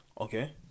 Okay